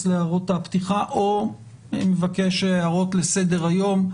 להערות הפתיחה או מבקש הערות לסדר היום,